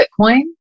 Bitcoin